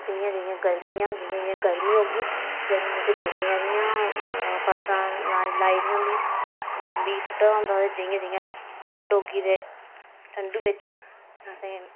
जियां जियां गर्मियां जियां जियां गर्मी होगी गर्मियें च गर्मी आह्लियां फसल लाई दियां होंदिया बीऽ सुट्टे दा होंदा जियां जियां ठंड होगी ते ठंडू बिच्च असें